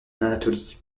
anatolie